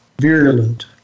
virulent